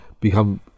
become